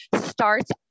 starts